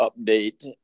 update